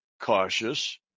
cautious